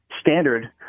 standard